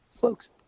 folks